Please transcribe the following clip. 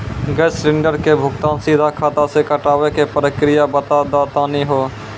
Gas cylinder के भुगतान सीधा खाता से कटावे के प्रक्रिया बता दा तनी हो?